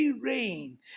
rain